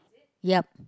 yep